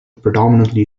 predominantly